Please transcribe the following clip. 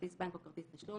כרטיס בנק או כרטיס תשלום,